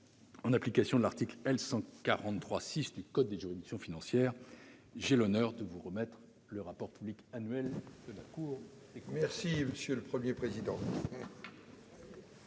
en application de l'article L. 143-6 du code des juridictions financières, j'ai l'honneur de vous remettre le rapport public annuel de la Cour des comptes. Il s'agit de